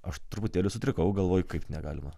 aš truputėlį sutrikau galvoju kaip negalima